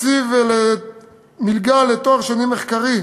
תקציב מלגה לתואר שני מחקרי,